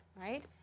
right